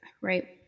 Right